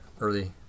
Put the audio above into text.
early